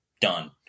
done